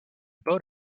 boat